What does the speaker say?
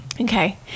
Okay